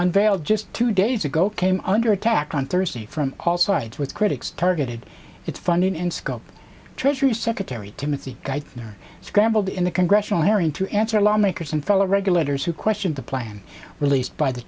unveiled just two days ago came under attack on thursday from all sides with critics targeted its funding and scope treasury secretary timothy geithner scrambled in the congressional hearing to answer lawmakers and fellow regulators who question the plan released by the